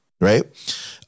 Right